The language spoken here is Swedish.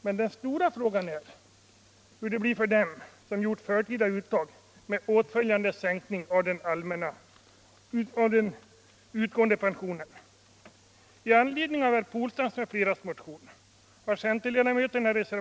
Men den stora frågan är hur det blir för dem som gjort förtida uttag med åtföljande sänkning av den utgående pensionen.